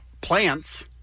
plants